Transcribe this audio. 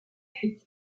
fuite